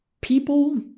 People